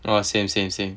oh same same same